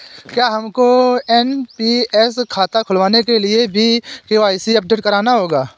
क्या हमको एन.पी.एस खाता खुलवाने के लिए भी के.वाई.सी अपडेट कराना होगा?